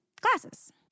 Glasses